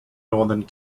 northern